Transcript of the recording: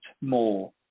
more